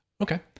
Okay